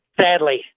Sadly